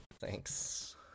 Thanks